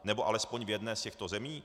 Nebo alespoň v jedné z těchto zemí?